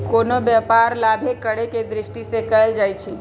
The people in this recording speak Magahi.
कोनो व्यापार लाभे करेके दृष्टि से कएल जाइ छइ